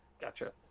gotcha